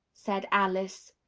said alice.